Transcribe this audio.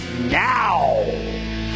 now